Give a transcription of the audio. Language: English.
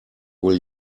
will